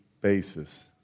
basis